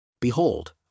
Behold